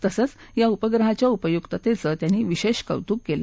तसंच या उपग्रहाच्या उपयुक्ततेचं त्यांनी विशेष कौतुक केलं